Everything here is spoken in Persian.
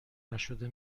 نشده